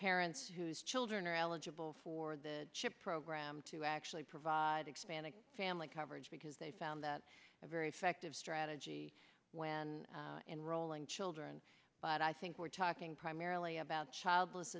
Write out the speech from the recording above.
parents whose children are eligible for the chip program to actually provide expanded family coverage because they found that a very effective strategy when enrolling children but i think we're talking primarily about childless